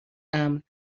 امن